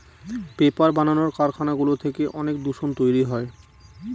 paper বানানোর কারখানাগুলো থেকে অনেক দূষণ তৈরী হয়